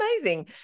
amazing